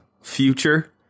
future